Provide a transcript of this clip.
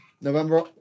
November-